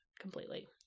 completely